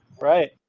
Right